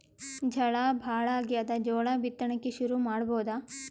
ಝಳಾ ಭಾಳಾಗ್ಯಾದ, ಜೋಳ ಬಿತ್ತಣಿಕಿ ಶುರು ಮಾಡಬೋದ?